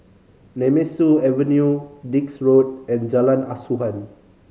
Nemesu Avenue Dix Road and Jalan Asuhan